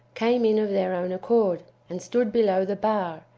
came in of their own accord, and stood below the bar,